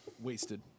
wasted